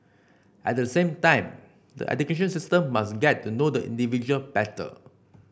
at the same time the education system must get to know the individual better